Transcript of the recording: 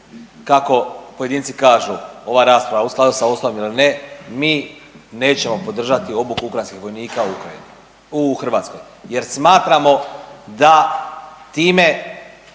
kako pojedinci kažu, ova rasprava u skladu sa Ustavom ili ne, mi nećemo podržati obuku ukrajinskih vojnika u Ukrajini, u Hrvatskoj jer smatramo da time